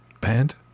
Band